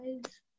guys